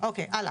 אני